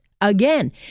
Again